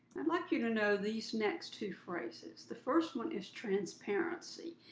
i'd like you know these next two phrases. the first one is transparency,